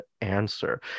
answer